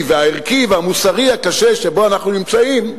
והערכי והמוסרי הקשה שבו אנחנו נמצאים,